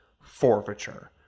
forfeiture